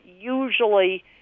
usually